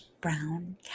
Brown